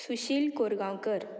Sushil Korgaonkar